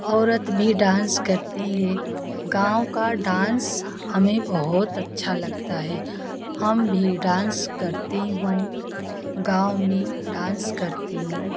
औरत भी डांस करती है गाँव का डांस हमें बहुत अच्छा लगता है हम भी डांस करती हूँ गाँव में डांस करती हूँ